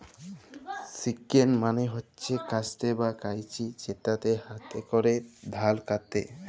sickle মালে হছে কাস্তে বা কাঁইচি যেটতে হাতে ক্যরে ধাল ক্যাটে